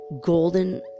golden